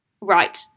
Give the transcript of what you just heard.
Right